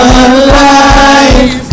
alive